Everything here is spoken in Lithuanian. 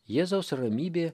jėzaus ramybė